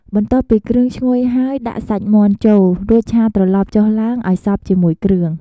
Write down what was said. បន្ទាប់ពីគ្រឿងឈ្ងុយហើយ ដាក់សាច់មាន់ចូល រួចឆាត្រឡប់ចុះឡើងឱ្យសព្វជាមួយគ្រឿង។